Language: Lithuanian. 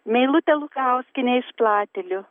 meilutę lukauskienę iš platelių